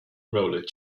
roller